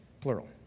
plural